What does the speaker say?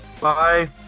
Bye